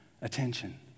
attention